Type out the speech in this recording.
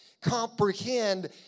comprehend